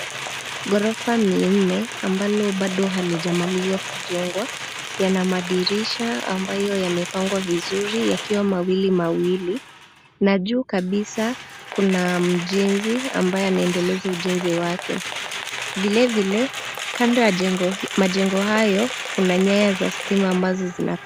Ghorofa ni nne ambalo bado halijamalizwa kujengwa. Yana madirisha ambayo yamepangwa vizuri yakiwa mawili mawili na juu kabisa kuna mjenzi ambaye anaendeleza ujenzi wake. Vilevile kando ya majengo hayo kuna nyaya za stima ambazo zinapita.